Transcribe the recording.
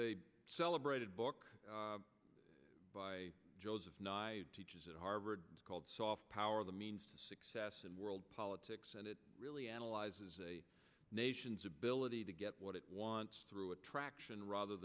a celebrated book by joseph nye teaches at harvard called soft power the means to success in world politics and it really analyzes a nation's ability to get what it wants through attraction rather